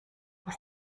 das